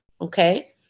Okay